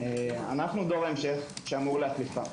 אנחנו דור ההמשך שאמור להחליפם.